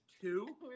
two